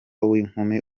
w’inkumi